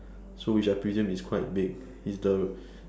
so which I presume is quite big is the